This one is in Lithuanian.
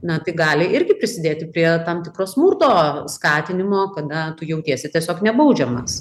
na tai gali irgi prisidėti prie tam tikro smurto skatinimo kada tu jautiesi tiesiog nebaudžiamas